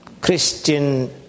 Christian